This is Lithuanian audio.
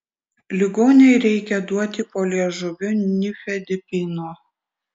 ligonei reikia duoti po liežuviu nifedipino